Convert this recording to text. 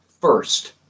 first